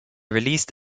released